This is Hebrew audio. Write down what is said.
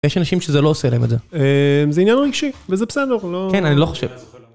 יש אנשים שזה לא עושה להם את זה. זה עניין רגשי, וזה בסדר, לא... כן, אני לא חושב.